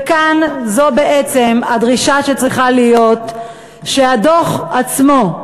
וכאן, זו בעצם הדרישה שצריכה להיות, שהדוח עצמו,